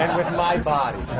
with my body.